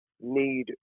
need